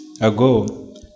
ago